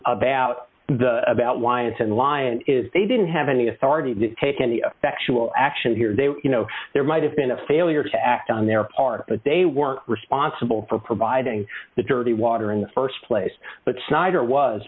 about the about why it's in lyon is they didn't have any authority that taken the actual action here you know there might have been a failure to act on their part but they weren't responsible for providing the dirty water in the st place but snyder was